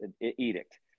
edict